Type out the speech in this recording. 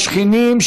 השכנים,